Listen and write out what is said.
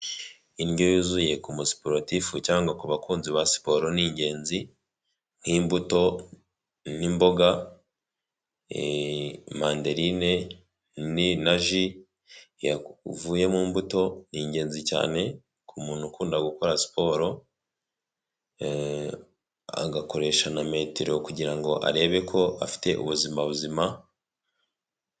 Indyo yuzuye ku musiporotifu cyangwa ku bakunzi ba siporo ningenzi, nk'imbuto n'imboga, manderine na ji yavuye mu mbuto, ni ingenzi cyane ku muntu ukunda gukora siporo, agakoresha na metero kugira ngo arebe ko afite ubuzima buzima.